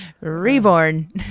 reborn